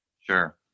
Sure